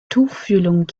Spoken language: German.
tuchfühlung